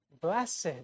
Blessed